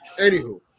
anywho